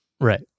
right